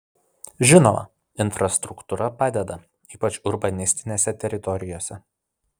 žinoma infrastruktūra padeda ypač urbanistinėse teritorijose